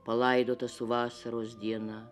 palaidotas su vasaros diena